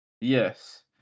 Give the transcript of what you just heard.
yes